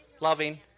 loving